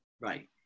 Right